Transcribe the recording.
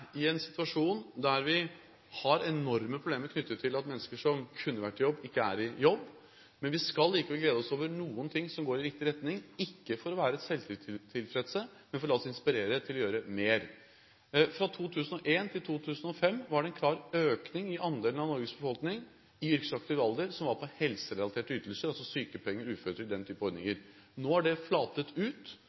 i en situasjon der vi har enorme problemer knyttet til at mennesker som kunne vært i jobb, ikke er i jobb. Men vi skal likevel glede oss over noen ting som går i riktig retning, ikke for å være selvtilfredse, men for å la oss inspirere til å gjøre mer. Fra 2001 til 2005 var det en klar økning i andelen av Norges befolkning i yrkesaktiv alder som var på helserelaterte ytelser – altså sykepenger, uføretrygd, den type ordninger. Nå har det flatet ut,